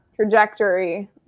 trajectory